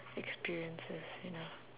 experiences you know